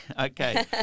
Okay